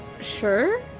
Sure